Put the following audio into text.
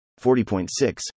40.6